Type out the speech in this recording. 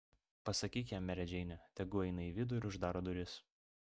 pasakyk jam mere džeine tegu eina į vidų ir uždaro duris